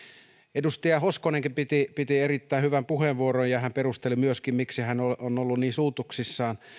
edustaja hoskonenkin piti piti erittäin hyvän puheenvuoron ja ja hän perusteli myöskin miksi hän on ollut niin suutuksissaan